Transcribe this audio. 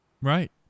Right